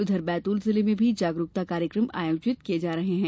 उधर बैतुल जिले में भी जागरुकता कार्यक्रम आयोजित किये जा रहे हैं